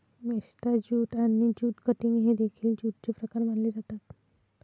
मेस्टा jute आणि jute cutting हे देखील ज्यूटचे प्रकार मानले जातात